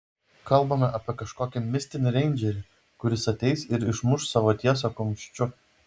kalbame apie kažkokį mistinį reindžerį kuris ateis ir išmuš savo tiesą kumščiu